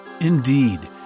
Indeed